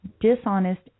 dishonest